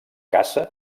caça